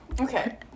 okay